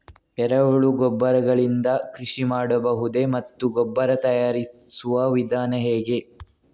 ಎರೆಹುಳು ಗೊಬ್ಬರ ಗಳಿಂದ ಕೃಷಿ ಮಾಡಬಹುದೇ ಮತ್ತು ಗೊಬ್ಬರ ತಯಾರಿಸುವ ವಿಧಾನ ಹೇಗೆ?